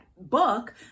book